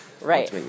right